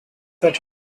that